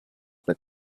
that